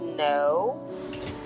No